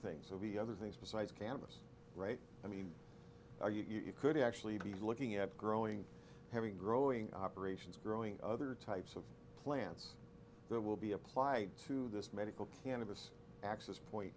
things would be other things besides cannabis right i mean you could actually be looking at growing having growing operations growing other types of plants that will be applied to this medical cannabis access point